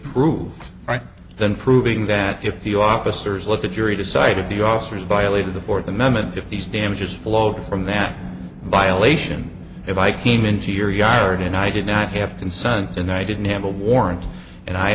prove than proving that if the officers let the jury decide if the officers violated the fourth amendment if these damages flowed from that violation if i came into your yard and i did not have consent and i didn't have a warrant and i